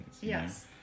Yes